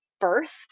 first